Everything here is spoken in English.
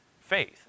faith